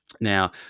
Now